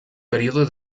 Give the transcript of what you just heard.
período